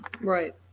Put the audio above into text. right